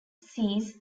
sees